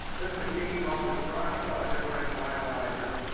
this machine, called the rockefeller differential analyzer,